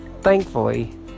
Thankfully